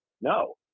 No